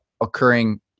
occurring